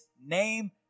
name